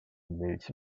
milch